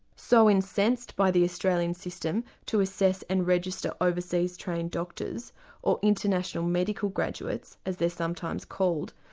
so incensed by the australian system to assess and register overseas trained doctors or international medical graduates as they're sometimes called,